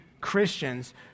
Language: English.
Christians